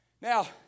Now